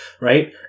right